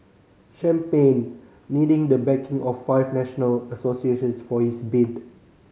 champagne needing the backing of five national associations for his bid